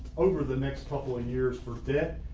over the next couple of years for debt,